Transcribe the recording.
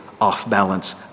off-balance